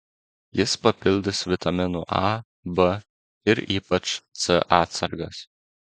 jis papildys vitaminų a b ir ypač c atsargas